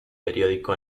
periódico